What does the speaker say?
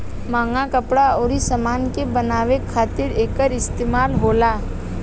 महंग कपड़ा अउर समान के बनावे खातिर एकर इस्तमाल होला